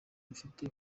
mfite